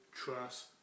trust